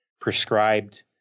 prescribed